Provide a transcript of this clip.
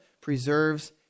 preserves